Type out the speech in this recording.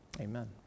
Amen